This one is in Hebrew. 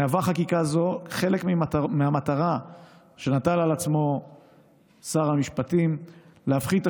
מהווה חקיקה זו חלק מהמטרה שנטל על עצמו שר המשפטים להפחית את